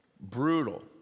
brutal